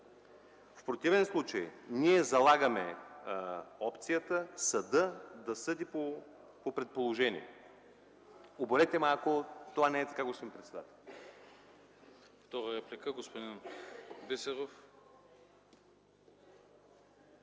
В противен случай ние залагаме опцията съдът да съди по предположение. Оборете ме, ако това не е така, господин председател!